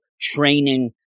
training